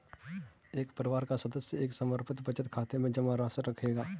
एक परिवार का सदस्य एक समर्पित बचत खाते में जमा राशि रखेगा